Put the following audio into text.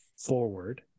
forward